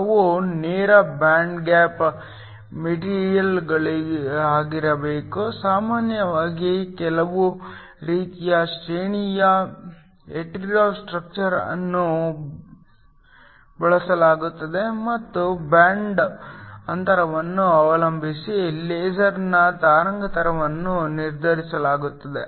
ಅವು ನೇರ band gap ಮೆಟೀರಿಯಲ್ಗಳಾಗಿರಬೇಕು ಸಾಮಾನ್ಯವಾಗಿ ಕೆಲವು ರೀತಿಯ ಶ್ರೇಣೀಕೃತ ಹೆಟೆರೊ ಸ್ಟ್ರಕ್ಚರ್ ಅನ್ನು ಬಳಸಲಾಗುತ್ತದೆ ಮತ್ತು ಬ್ಯಾಂಡ್ ಅಂತರವನ್ನು ಅವಲಂಬಿಸಿ ಲೇಸರ್ನ ತರಂಗಾಂತರವನ್ನು ನಿರ್ಧರಿಸಲಾಗುತ್ತದೆ